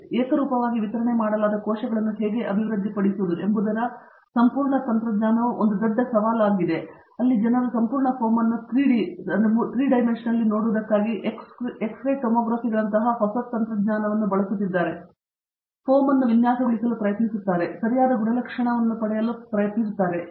ಮತ್ತು ಏಕರೂಪವಾಗಿ ವಿತರಣೆ ಮಾಡಲಾದ ಕೋಶಗಳನ್ನು ಹೇಗೆ ಅಭಿವೃದ್ಧಿಪಡಿಸುವುದು ಎಂಬುದರ ಸಂಪೂರ್ಣ ತಂತ್ರಜ್ಞಾನವು ಒಂದು ದೊಡ್ಡ ಸವಾಲಾಗಿದೆ ಮತ್ತು ಅಲ್ಲಿ ಜನರು ಸಂಪೂರ್ಣ ಫೋಮ್ ಅನ್ನು 3D ನಲ್ಲಿ ನೋಡುವುದಕ್ಕಾಗಿ ಎಕ್ಸ್ ರೇ ಟೊಮೊಗ್ರಫಿಗಳಂತಹ ಹೊಸ ತಂತ್ರಜ್ಞಾನವನ್ನು ಬಳಸುತ್ತಿದ್ದಾರೆ ಮತ್ತು ಫೋಮ್ ಅನ್ನು ವಿನ್ಯಾಸಗೊಳಿಸಲು ಪ್ರಯತ್ನಿಸುತ್ತಾರೆ ಸರಿಯಾದ ಗುಣಲಕ್ಷಣಗಳನ್ನು ಪಡೆಯಲು ಪ್ರಯತ್ನಿಸುತ್ತಾರೆ